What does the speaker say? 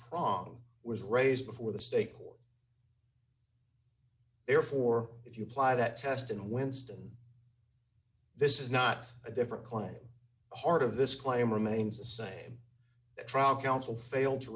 prong was raised before the state court therefore if you apply that test and winston this is not a different claim the heart of this claim remains the same trial counsel failed to